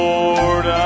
Lord